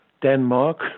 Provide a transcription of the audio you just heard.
Denmark